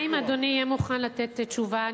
מה אם אדוני יהיה מוכן לתת תשובה?